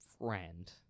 friend